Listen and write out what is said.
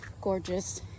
gorgeous